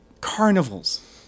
carnivals